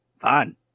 fine